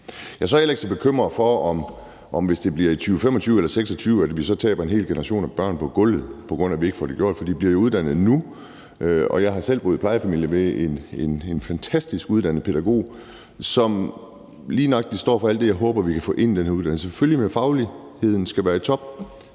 Jeg er så heller ikke så bekymret for, om det bliver i 2025 og 2026, at vi så taber en hel generation af børn på gulvet, på grund af at vi ikke får det gjort, for de bliver jo uddannet nu. Jeg har selv boet i plejefamilie ved en fantastisk uddannet pædagog, som lige nøjagtig står for alt det, jeg håber at vi kan få ind i den her uddannelse. Selvfølgelig skal fagligheden være i top,